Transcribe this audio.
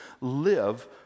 live